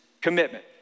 commitment